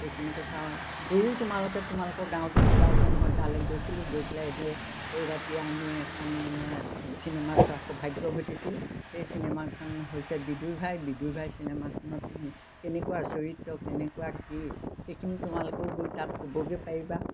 সেইখিনি কথা গৈয়ো তোমালোকে তোমালোকৰ গাঁৱতো ক'বা যে মই তালৈ গৈছিলোঁ গৈ পেলাই এইদে সেই ৰাতি আমি এখন মানে চিনেমা চোৱা সৌভাগ্য ঘটিছিল সেই চিনেমাখন হৈছে বিদূৰ ভাই বিদূভাই চিনেমাখনত কেনেকুৱা চৰিত্ৰ কেনেকুৱা কি সেইখিনি তোমালোকেও গৈ তাত ক'বগৈ পাৰিবা